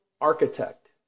architect